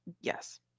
yes